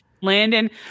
Landon